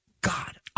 God